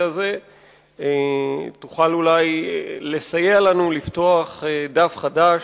הזה תוכל אולי לסייע לנו לפתוח דף חדש,